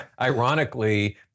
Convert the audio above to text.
ironically